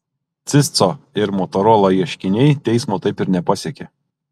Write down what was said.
cisco ir motorola ieškiniai teismo taip ir nepasiekė